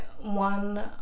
one